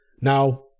Now